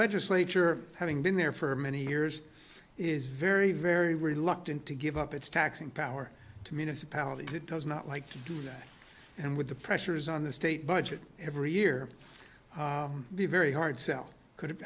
legislature having been there for many years is very very reluctant to give up its taxing power to municipalities it does not like to do that and with the pressures on the state budget every year be very hard sell could